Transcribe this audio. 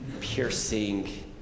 piercing